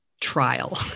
trial